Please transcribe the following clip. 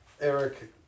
Eric